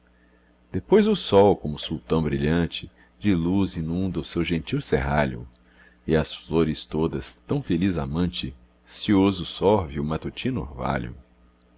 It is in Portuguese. depois o sol como sultão brilhante de luz inunda o seu gentil serralho e às flores todas tão feliz amante cioso sorve o matutino orvalho